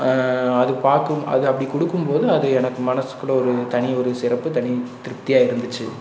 அது பார்க்கும் அது அப்படி கொடுக்கும்போது அது எனக்கு மனசுக்குள்ள ஒரு தனி ஒரு சிறப்பு தனி திருப்தியாக இருந்துச்சு